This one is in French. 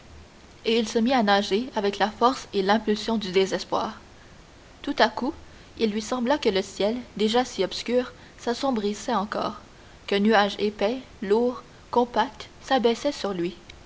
et il se mit à nager avec la force et l'impulsion du désespoir tout à coup il lui sembla que le ciel déjà si obscur s'assombrissait encore qu'un nuage épais lourd compact s'abaissait vers lui